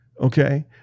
Okay